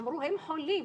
אמרו שהם חולים.